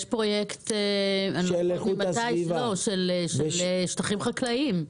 יש פרויקט של שטחים חקלאיים.